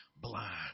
blind